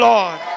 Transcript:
Lord